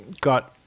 got